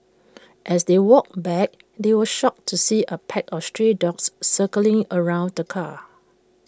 as they walked back they were shocked to see A pack of stray dogs circling around the car